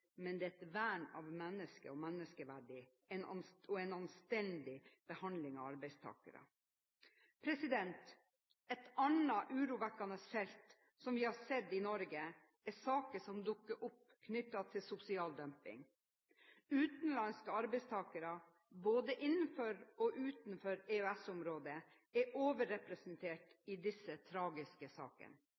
men det er et vern av mennesker og menneskeverdet og en anstendig behandling av arbeidstakere. Et annet urovekkende felt som vi har sett i Norge, er saker som dukker opp knyttet til sosial dumping. Utenlandske arbeidstakere, både innenfor og utenfor EØS-området, er overrepresentert i disse tragiske